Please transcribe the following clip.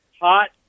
Hot